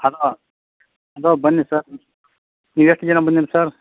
hello ಬ ಬನ್ನಿ sir ಎಷ್ಟು ಜನ ಬಂದಿರಿ ಸರ್